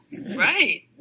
Right